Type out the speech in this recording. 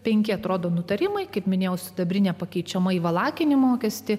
penki atrodo nutarimai kaip minėjau sidabrinę pakeičiamai valakinį mokestį